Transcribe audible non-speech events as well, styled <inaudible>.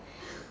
<breath>